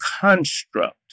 construct